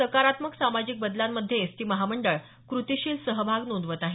सकारात्मक सामाजिक बदलामध्ये एसटी महामंडळ क्रतिशील सहभाग नोंदवत आहे